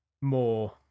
more